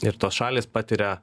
ir tos šalys patiria